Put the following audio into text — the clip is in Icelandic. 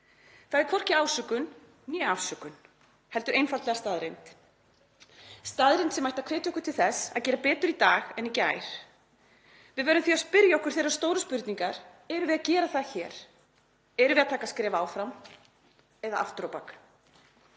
Það er hvorki ásökun né afsökun heldur einfaldlega staðreynd sem ætti að hvetja okkur til þess að gera betur í dag en í gær. Við verðum því að spyrja okkur þeirrar stóru spurningar: Erum við að gera það hér? Erum við að taka skref áfram eða aftur á bak?